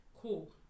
Cool